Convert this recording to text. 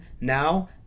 now